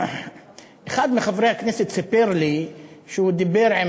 אחד מחברי הכנסת סיפר לי שהוא דיבר עם